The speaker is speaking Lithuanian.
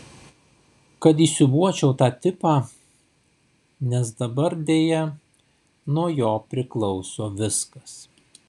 kad įsiūbuočiau tą tipą nes dabar deja nuo jo priklauso viskas